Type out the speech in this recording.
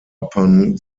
upon